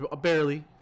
barely